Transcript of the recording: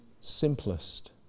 simplest